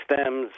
stems